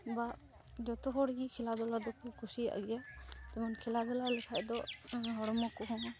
ᱵᱟ ᱡᱚᱛᱚ ᱦᱚᱲᱜᱮ ᱠᱷᱮᱞᱟᱼᱫᱷᱩᱞᱟ ᱫᱚᱠᱚ ᱠᱩᱥᱤᱭᱟᱜ ᱜᱮᱭᱟ ᱡᱮᱢᱚᱱ ᱠᱷᱮᱞᱟᱼᱫᱷᱩᱞᱟ ᱞᱮᱠᱷᱟᱱᱫᱚ ᱦᱚᱲᱢᱚᱠᱚ ᱦᱚᱸ